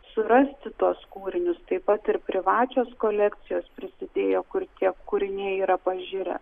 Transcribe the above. surasti tuos kūrinius taip pat ir privačios kolekcijos prisidėjo kur tie kūriniai yra pažirę